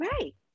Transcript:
Right